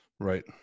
Right